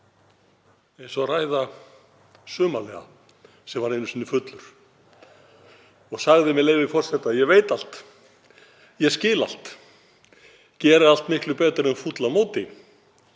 eins og ræða Sumarliða sem var einu sinni fullur. Hann sagði, með leyfi forseta: Ég veit allt, ég skil allt, ég geri allt miklu betur en fúll á móti.